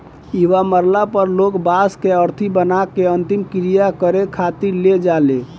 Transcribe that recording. इहवा मरला पर लोग बांस के अरथी बना के अंतिम क्रिया करें खातिर ले जाले